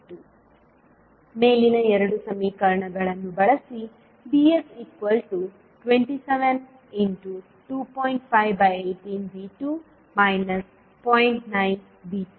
518V2 ಮೇಲಿನ ಎರಡು ಸಮೀಕರಣಗಳನ್ನು ಬಳಸಿ VS272